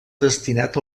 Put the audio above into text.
destinat